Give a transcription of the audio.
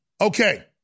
Okay